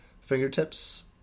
fingertips